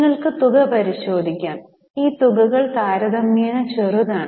നിങ്ങൾക്ക് തുക പരിശോധിക്കാം ഈ തുകകൾ താരതമ്യേന ചെറുതാണ്